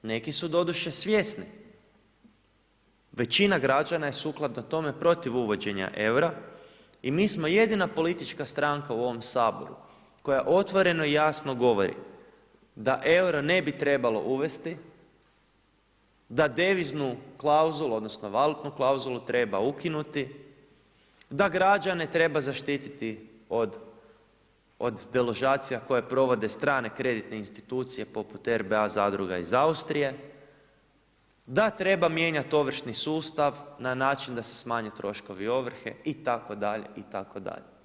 Neki su doduše svjesni, većina građana je sukladno tome protiv uvođenja EUR-a i mi smo jedina politička stranka u ovom saboru, koja otvoreno i jasno govori da EURO ne bi trebalo uvesti da deviznu klauzulu odnosno valutnu klauzulu treba ukinuti, da građane treba zaštiti od deložacija koje provode strane kreditne institucije poput RBA zadruga iz Austrije, da treba mijenjat ovršni sustav na način da se smanje troškovi ovrhe itd., itd.